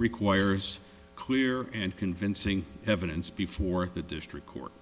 requires clear and convincing evidence before the district court